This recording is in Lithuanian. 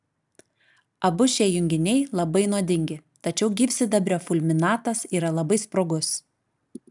abu šie junginiai labai nuodingi tačiau gyvsidabrio fulminatas yra labai sprogus